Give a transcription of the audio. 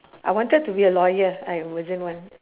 I wanted to be a lawyer I wasn't one